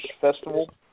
Festival